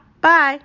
Bye